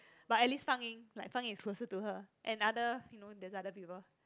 but at least fang ying like fang ying is closer to her and other you know there's other people